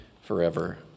forever